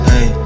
Hey